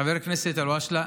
חבר הכנסת אלהואשלה,